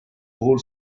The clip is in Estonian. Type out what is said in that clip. puhul